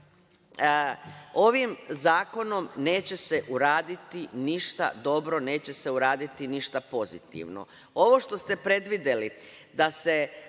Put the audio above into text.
ovim zakonom se neće uraditi ništa dobro. Neće se uraditi ništa pozitivno. Ovo što ste predvideli da se